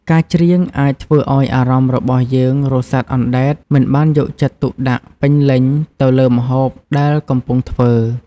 ការច្រៀងអាចធ្វើឱ្យអារម្មណ៍របស់យើងរសាត់អណ្ដែត មិនបានយកចិត្តទុកដាក់ពេញលេញទៅលើម្ហូបដែលកំពុងធ្វើ។